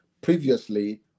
previously